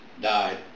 died